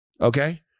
okay